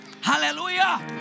Hallelujah